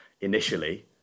initially